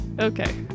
Okay